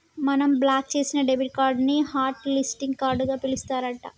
మనం బ్లాక్ చేసిన debit card ని హట్ లిస్టింగ్ కార్డుగా పిలుస్తారు అంట